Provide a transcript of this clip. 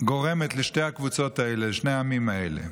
גורמת לשתי הקבוצות האלה, לשני העמים האלה,